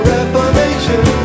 Reformation